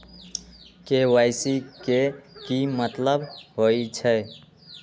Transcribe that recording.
KYC के कि मतलब होइछइ?